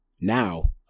Now